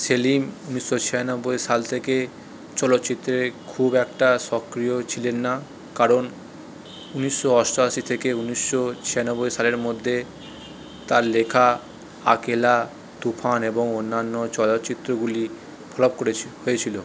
সেলিম ঊনিশশো ছিয়ানব্বই সাল থেকে চলচ্চিত্রে খুব একটা সক্রিয় ছিলেন না কারণ ঊনিশশো অষ্টআশি থেকে ঊনিশশো ছিয়ানব্বই সালের মধ্যে তার লেখা আকেলা তুফান এবং অন্যান্য চলচ্চিত্রগুলি ফ্লপ করেছি হয়েছিল